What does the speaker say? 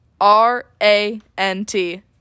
R-A-N-T